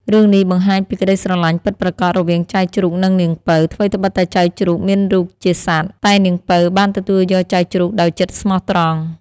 រឿងនេះបង្ហាញពីក្ដីស្រឡាញ់ពិតប្រាកដរវាងចៅជ្រូក និងនាងពៅ ថ្វីត្បិតតែចៅជ្រូកមានរូបជាសត្វ តែនាងពៅបានទទួលយកចៅជ្រូកដោយចិត្តស្មោះត្រង់។